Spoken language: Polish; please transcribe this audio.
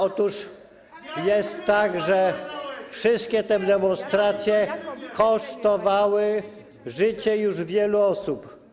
Otóż jest tak, że wszystkie te demonstracje kosztowały życie już wielu osób.